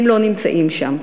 הם לא נמצאים שם.